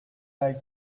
like